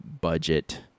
budget